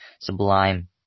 sublime